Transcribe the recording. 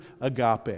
agape